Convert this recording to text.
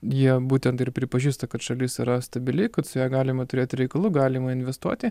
jie būtent ir pripažįsta kad šalis yra stabili kad su ja galima turėti reikalų galima investuoti